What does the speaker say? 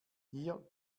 hier